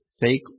Fake